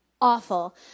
awful